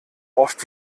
oft